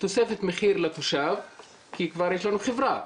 תוספת מחיר לתושב כי כבר יש לנו חברה.